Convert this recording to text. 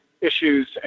issues